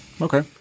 Okay